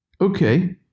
okay